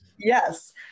yes